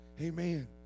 Amen